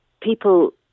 People